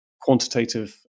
quantitative